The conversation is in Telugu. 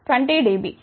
20 డిబి